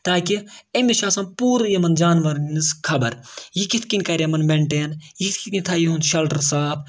تاکہِ أمِس چھُ آسان پوٗرٕ یِمَن جاناوَارَن ہِنٛز خبر یہِ کِتھ کٔنۍ خَرِ یِمَن مٮ۪نٹین یہِ کِتھ کٔنۍ تھاوِ یِہُنٛد شَلٹَر صاف